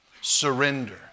surrender